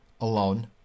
alone